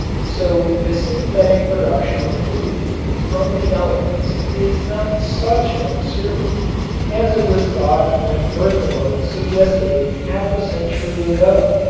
so the synthetic production of food from the elements is not such an absurdity as it was thought when berthelot suggested it half a century ago.